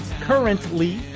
Currently